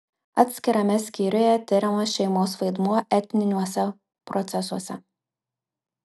atskirame skyriuje tiriamas šeimos vaidmuo etniniuose procesuose